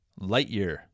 Lightyear